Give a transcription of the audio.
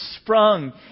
sprung